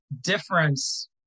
difference